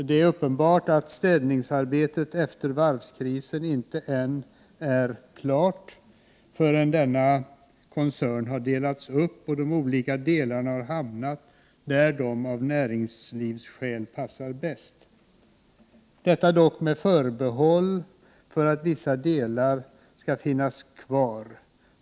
Det är uppenbart att städningsarbetet Toros — efter varvskrisen inte är klart förrän denna koncern har delats upp och de olika delarna har hamnat där de av näringslivsskäl passar bäst — dock med förbehåll för att vissa delar skall finnas kvar.